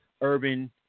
urban